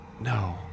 No